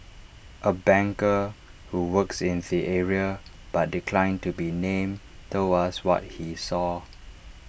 A banker who works in the area but declined to be named told us what he saw